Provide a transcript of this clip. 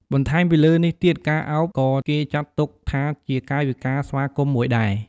បន្ថែមពីលើនេះទៀត ការឱបក៏គេចាត់ទុកថាជាកាយវិការស្វាគមន៍មួយដែរ។